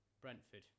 Brentford